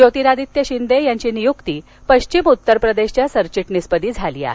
ज्योतिरादित्य शिंदे यांची नियुक्ती पश्चिम उत्तरप्रदेशच्या सरचिटणीसपदी झाली आहे